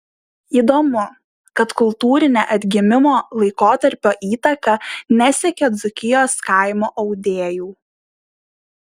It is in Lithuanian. įdomu kad kultūrinė atgimimo laikotarpio įtaka nesiekė dzūkijos kaimo audėjų